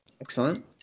Excellent